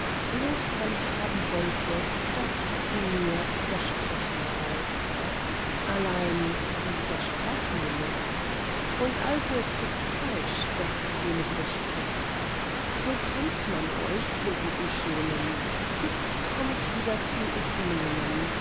bloß weil ich haben wollte daß sie mir widersprechen sollte allein sie widersprach mir nicht und also ist es falsch daß jede widerspricht so kränkt man euch ihr guten schönen itzt komm ich wieder zu